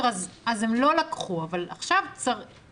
אז הם לא לקחו ציוד לביתם אבל עכשיו צריך את זה בבית.